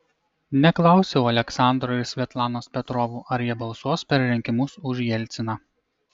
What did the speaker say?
neklausiau aleksandro ir svetlanos petrovų ar jie balsuos per rinkimus už jelciną